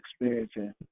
experiencing